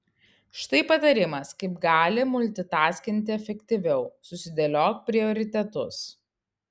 štai patarimas kaip gali multitaskinti efektyviau susidėliok prioritetus